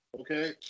Okay